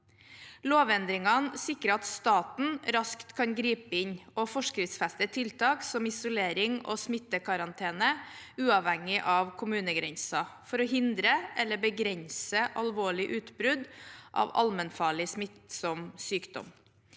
Lovendringene sikrer at staten raskt kan gripe inn og forskriftsfeste tiltak som isolering og smittekarantene uavhengig av kommunegrenser for å hindre eller begrense alvorlige utbrudd av allmennfarlig smittsom sykdom.